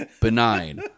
benign